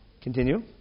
Continue